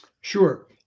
Sure